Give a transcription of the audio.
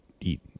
eat